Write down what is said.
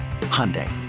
Hyundai